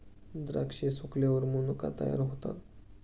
द्राक्षे सुकल्यावर मनुका तयार होतात